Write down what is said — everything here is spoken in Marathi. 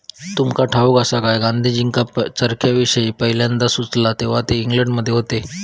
तुमका ठाऊक आसा काय, गांधीजींका चरख्याविषयी पयल्यांदा सुचला तेव्हा ते इंग्लंडमध्ये होते